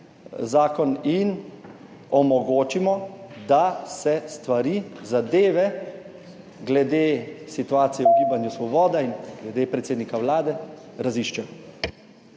zakon in omogočimo, da se stvari, zadeve glede situacije v Gibanju Svoboda in glede predsednika Vlade, raziščejo.